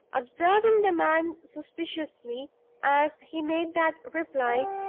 observing the man suspiciously as he made that reply,